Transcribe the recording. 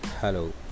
Hello